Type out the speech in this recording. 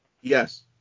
Yes